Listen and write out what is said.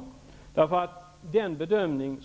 I lagutskottet gör vi bedömningen,